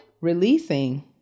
releasing